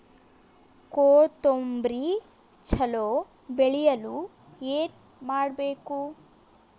ಕೊತೊಂಬ್ರಿ ಚಲೋ ಬೆಳೆಯಲು ಏನ್ ಮಾಡ್ಬೇಕು?